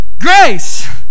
grace